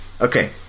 Okay